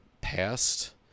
past-